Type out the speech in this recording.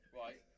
right